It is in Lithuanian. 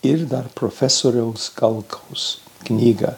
ir dar profesoriaus galkaus knyga